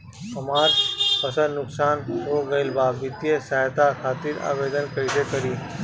हमार फसल नुकसान हो गईल बा वित्तिय सहायता खातिर आवेदन कइसे करी?